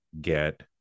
get